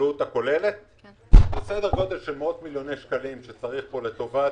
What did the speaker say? העלות הכוללת היא בסדר גודל של מאות מיליוני שקלים שצריך לטובת